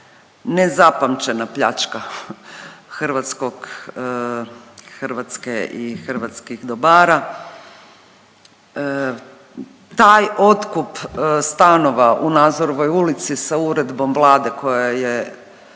nezapamćena pljačka Hrvatske i hrvatskih dobara. Taj otkup stanova u Nazorovoj ulici sa uredbom Vlade koja je